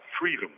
Freedom